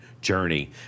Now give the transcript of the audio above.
journey